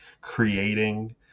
creating